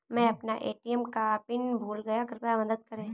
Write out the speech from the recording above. मै अपना ए.टी.एम का पिन भूल गया कृपया मदद करें